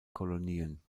kolonien